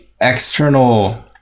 external